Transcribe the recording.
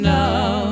now